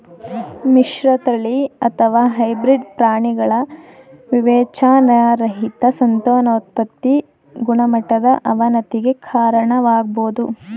ಮಿಶ್ರತಳಿ ಅಥವಾ ಹೈಬ್ರಿಡ್ ಪ್ರಾಣಿಗಳ ವಿವೇಚನಾರಹಿತ ಸಂತಾನೋತ್ಪತಿ ಗುಣಮಟ್ಟದ ಅವನತಿಗೆ ಕಾರಣವಾಗ್ಬೋದು